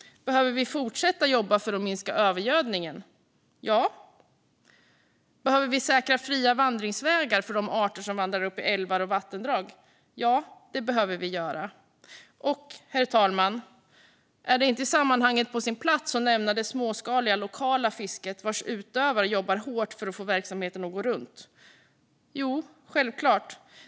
Behöver vi fortsätta jobba för att minska övergödningen? Ja. Behöver vi säkra fria vandringsvägar för de arter som vandrar upp i älvar och vattendrag? Ja, det behöver vi göra. Och, herr talman, är det inte i sammanhanget på sin plats att nämna det småskaliga lokala fisket, vars utövare jobbar hårt för att få verksamheten att gå runt? Jo, självklart.